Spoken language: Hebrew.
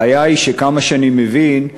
הבעיה היא שעד כמה שאני מבין,